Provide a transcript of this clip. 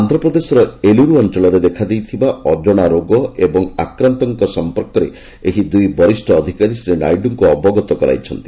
ଆନ୍ଧ୍ରପ୍ରଦେଶର ଏଲୁରୁ ଅଞ୍ଚଳରେ ଏବେ ଦେଖାଦେଇଥିବା ଅଜଣା ରୋଗ ଏବଂ ଆକ୍ରାନ୍ତଙ୍କ ସମ୍ପର୍କରେ ଏହି ଦୁଇ ବରିଷ ଅଧିକାରୀ ଶ୍ରୀ ନାଇଡ଼ୁଙ୍କୁ ଅବଗତ କରାଇଛନ୍ତି